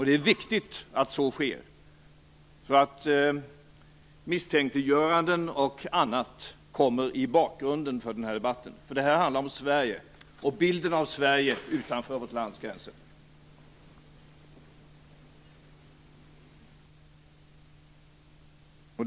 Det är viktigt att så sker, så att misstänkliggöranden och annat kommer i bakgrunden för den här debatten. Detta handlar nämligen om Sverige, och bilden av Sverige utanför vårt lands gränser.